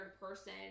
person